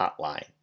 Hotline